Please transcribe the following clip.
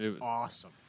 awesome